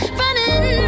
running